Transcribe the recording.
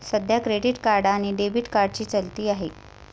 सध्या credit card आणि debit कार्डची चलती आहे